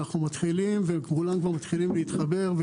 אנחנו מתחילים וכולם כבר מתחילים להתחבר,